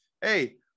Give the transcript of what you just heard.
hey